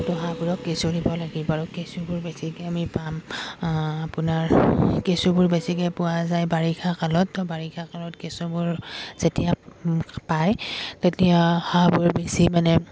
তো হাঁহাবোৰক কেঁচু দিব লাগিব বাৰু কেঁচুবোৰ বেছিকৈ আমি পাম আপোনাৰ কেঁচুবোৰ বেছিকৈ পোৱা যায় বাৰিষা কালত তো বাৰিষা কালত কেঁচুবোৰ যেতিয়া পায় তেতিয়া হাঁহবোৰ বেছি মানে